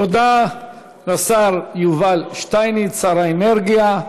תודה לשר יובל שטייניץ, שר האנרגיה.